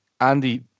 Andy